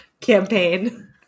campaign